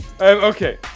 Okay